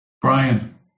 Brian